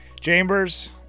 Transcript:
Chambers